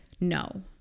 no